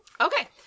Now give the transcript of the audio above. Okay